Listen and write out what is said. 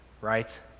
Right